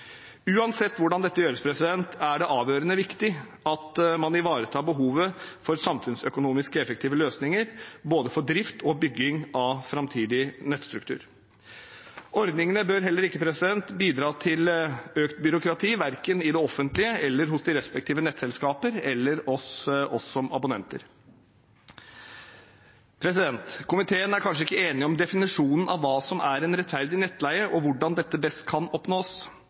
Uansett hvordan dette gjøres, er det avgjørende viktig at man ivaretar behovet for samfunnsøkonomisk effektive løsninger både for drift og for bygging av framtidig nettstruktur. Ordningene bør heller ikke bidra til økt byråkrati, verken i det offentlige, hos de respektive nettselskapene eller for oss som abonnenter. Komiteen er kanskje ikke enig om definisjonen av hva som er en rettferdig nettleie, og hvordan dette best kan oppnås,